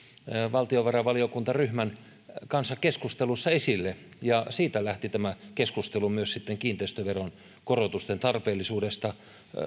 valtiovarainvaliokuntaryhmän kanssa keskustelussa esille ja siitä lähti tämä keskustelu myös sitten kiinteistöveron korotusten tarpeellisuudesta